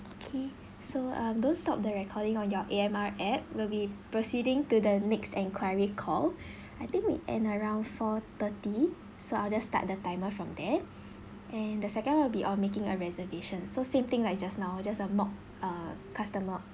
okay so um don't stop the recording on your A_M_R app we'll be proceeding to the next enquiry call I think we end around four thirty so I'll just start the timer from there and the second will be on making a reservation so same thing like just now just a mock uh customer